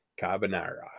Carbonara